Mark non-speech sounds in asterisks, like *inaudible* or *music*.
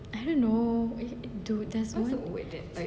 I don't know eh dude there's one *noise*